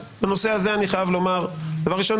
בנושא הזה אני חייב לומר: דבר ראשון,